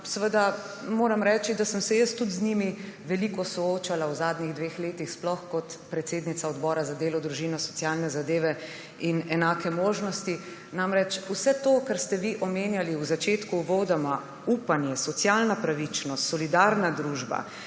človeku. Moram reči, da sem se jaz tudi z njimi veliko soočala v zadnjih dveh letih, sploh kot predsednica Odbora za delo, družino, socialne zadeve in enake možnosti. Namreč vse to, kar ste vi omenjali v začetku, uvodoma − upanje, socialna pravičnost, solidarna družba,